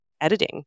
editing